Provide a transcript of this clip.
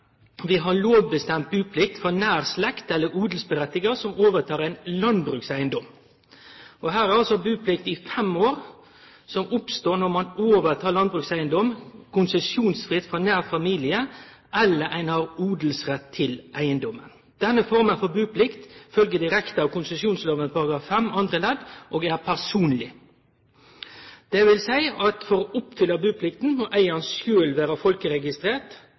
Vi har lovbestemt buplikt for nær slekt, eller ein som har odelsrett, som overtek ein landbrukseigedom. Her er det buplikt i fem år, som oppstår når ein overtek landbrukseigedom konsesjonsfritt frå nær familie, eller ein har odelsrett til eigedommen. Denne forma for buplikt følgjer direkte av konsesjonsloven § 5 andre ledd og er personleg, dvs. at for å oppfylle buplikta må eigaren sjølv vere folkeregistrert